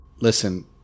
Listen